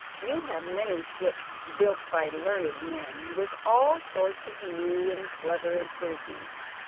you have many ships built by learned men, with all sorts of new and clever improvements.